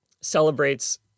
celebrates